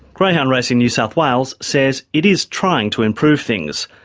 greyhound racing new south wales says it is trying to improve things,